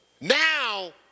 now